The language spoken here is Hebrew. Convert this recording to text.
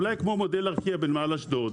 אולי כמו מודל ארקיע בנמל אשדוד,